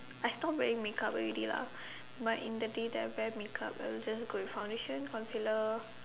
I stop wearing make up already lah but in the day that I wear make up I will just go with foundation concealer